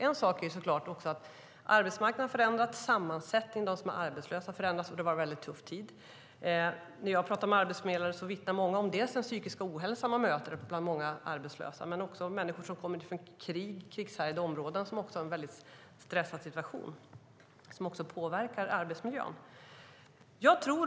En sak är såklart att arbetsmarknadens sammansättning och de arbetslösa har förändrats. Det har varit en tuff tid. När jag pratar med arbetsförmedlare vittnar många om dels den psykiska ohälsa man möter bland många arbetslösa, dels att människor som kommer från krig och krigshärjade områden har en väldigt stressad situation som påverkar arbetsmiljön.